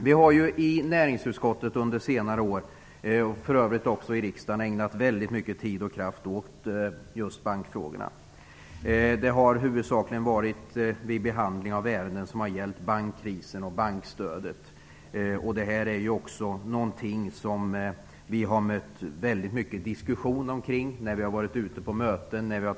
Vi har i näringsutskottet under senare år, liksom i riksdagen, ägnat mycket tid och kraft åt just bankfrågorna. Det har huvudsakligen varit vid behandlingen av ärenden som har gällt bankkrisen och bankstödet. Detta är också något vi mött mycket diskussion omkring när vi varit på möten.